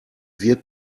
wird